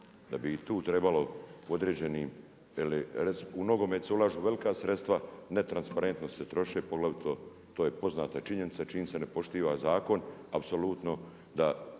da bi i tu trebalo u određenim jel u nogomet se ulažu velika sredstva, netransparentno se troše poglavito to je poznata činjenica jer činjenica ne poštiva zakon apsolutno da